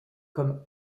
comme